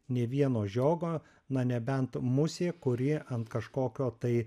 ne vieno žiogo na nebent musė kuri ant kažkokio tai